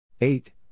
eight